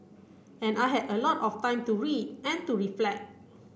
and I had a lot of time to read and to reflect